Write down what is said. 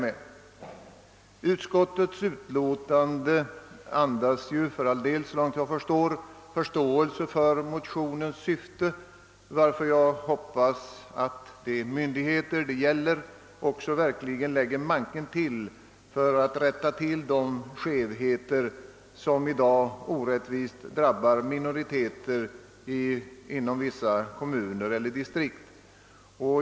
Utskottets utlåtande andas för all del förståelse för motionens syfte, och jag hoppas därför att vederbörande myndigheter skall lägga manken till för att undanröja de skevheter som i dag finns och som drabbar minoriteter inom vissa kommuner eller distrikt.